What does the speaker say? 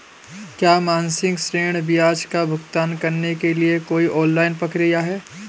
क्या मासिक ऋण ब्याज का भुगतान करने के लिए कोई ऑनलाइन प्रक्रिया है?